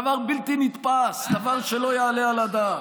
דבר בלתי נתפס, דבר שלא יעלה על הדעת.